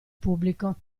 pubblico